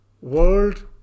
world